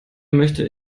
möchte